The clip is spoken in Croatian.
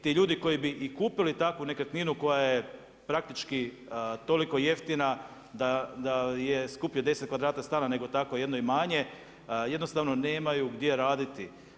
Ti ljudi koji bi i kupili takvu nekretninu koja je praktički toliko jeftina, da je skuplje 10 kvadrata stana nego takvo jedno imanje, jednostavno nemaju gdje raditi.